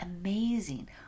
amazing